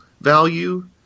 value